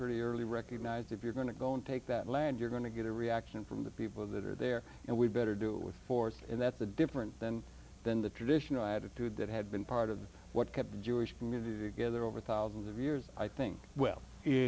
pretty early recognized if you're going to go and take that land you're going to get a reaction from the people that are there and we better do it with force and that's a different than than the traditional attitude that had been part of what kept the jewish community together over thousands of years i think will